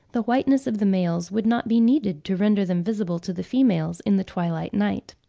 the whiteness of the males would not be needed to render them visible to the females in the twilight night.